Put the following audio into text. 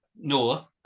no